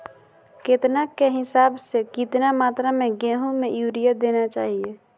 केतना के हिसाब से, कितना मात्रा में गेहूं में यूरिया देना चाही?